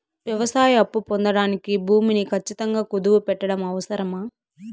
వ్యవసాయ అప్పు పొందడానికి భూమిని ఖచ్చితంగా కుదువు పెట్టడం అవసరమా?